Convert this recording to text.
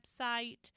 website